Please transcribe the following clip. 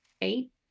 eight